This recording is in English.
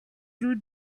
through